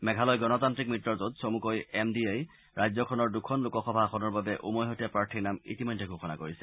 মেঘালয় গণতান্ত্ৰিক মিত্ৰজোঁট চমুকৈ এম ডি এই ৰাজ্যখনৰ দুখন লোকসভা আসনৰ বাবে উমৈহতীয়া প্ৰাৰ্থীৰ নাম ইতিমধ্যে ঘোষণা কৰিছে